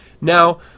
Now